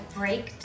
break